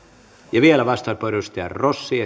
vielä vastauspuheenvuoro edustaja rossi